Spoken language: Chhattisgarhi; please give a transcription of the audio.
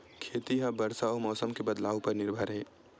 खेती हा बरसा अउ मौसम के बदलाव उपर निर्भर हे